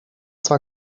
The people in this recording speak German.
zwar